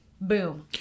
boom